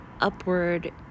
upward